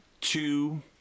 two